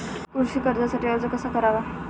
कृषी कर्जासाठी अर्ज कसा करावा?